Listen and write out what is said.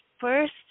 first